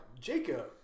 Jacob